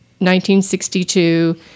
1962